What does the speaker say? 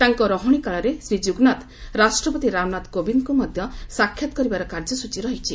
ତାଙ୍କ ରହଣି କାଳରେ ଶ୍ରୀ ଯୁଗନାଥ ରାଷ୍ଟ୍ରପତି ରାମନାଥ କୋବିନ୍ଦ୍ଙ୍କୁ ମଧ୍ୟ ସାକ୍ଷାତ୍ କରିବାର କାର୍ଯ୍ୟସ୍ଟଚୀ ରହିଛି